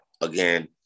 again